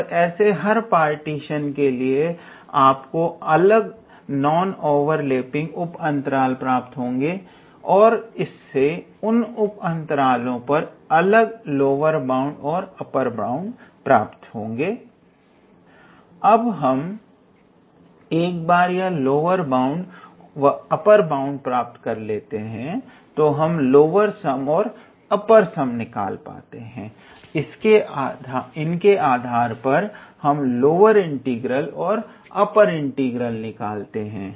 और ऐसे हर पार्टीशन के लिए आपको अलग नॉन ओवरलैपिंग उप अंतराल प्राप्त होंगे और इससे उन उप अंतरालों पर अलग लोअर बाउंड व अपर बाउंड प्राप्त होंगे अब हम एक बार यह लोअर बाउंड व अपर बाउंड प्राप्त कर लेते हैं तो हम लोअर सम व अपर सम ज्ञात कर पाते हैं और इनके आधार पर लोअर इंटीग्रल व अपर इंटीग्रल निकाल पाते हैं